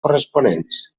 corresponents